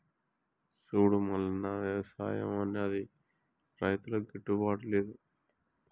సూడు మల్లన్న, వ్యవసాయం అన్నది రైతులకు గిట్టుబాటు లేదు